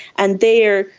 and there,